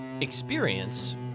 experience